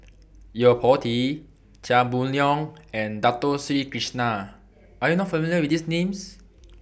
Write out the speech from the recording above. Yo Po Tee Chia Boon Leong and Dato Sri Krishna Are YOU not familiar with These Names